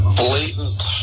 blatant